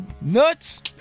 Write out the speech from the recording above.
nuts